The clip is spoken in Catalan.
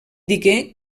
digué